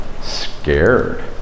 scared